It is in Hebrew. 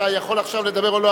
אתה יכול עכשיו לדבר או לא,